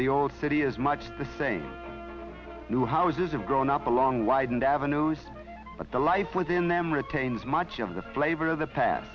the old city is much the same new houses have grown up along widened avenues but the life within them retains much of the flavor of the past